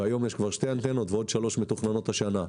והיום יש כבר שתי אנטנות ועוד 3 מתוכננו השנה.